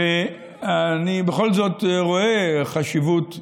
ואני בכל זאת רואה חשיבות חדשה,